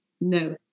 no